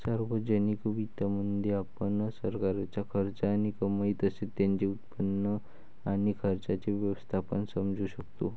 सार्वजनिक वित्तामध्ये, आपण सरकारचा खर्च आणि कमाई तसेच त्याचे उत्पन्न आणि खर्चाचे व्यवस्थापन समजू शकतो